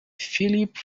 filipe